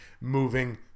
moving